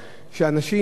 אנשים,